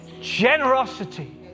Generosity